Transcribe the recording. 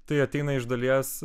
tai ateina iš dalies